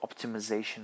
optimization